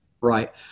Right